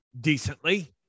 decently